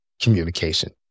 Communication